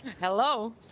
Hello